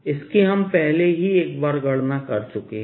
इसकी हम पहले ही एकबार गणना कर चुके हैं